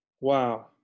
Wow